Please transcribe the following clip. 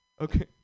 Okay